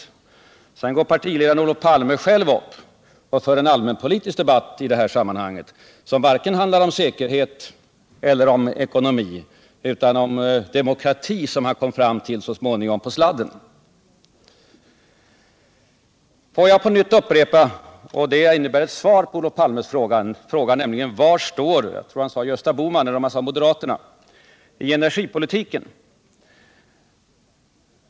Därefter går partiledaren Olof Palme själv upp och för en allmänpolitisk debatt, som varken handlar om säkerhet eller om ekonomi utan om demokrati, som han på sladden kom fram till. Får jag på nytt upprepa, och det innebär ett svar på Olof Palmes fråga: Var står — sade han — Gösta Bohman eller moderaterna i energipolitiken?